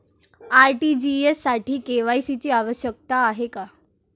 RTGS साठी KYC ची आवश्यकता आहे का?